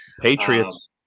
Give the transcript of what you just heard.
Patriots